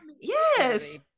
Yes